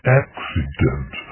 accident